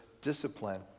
discipline